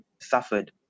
suffered